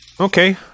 okay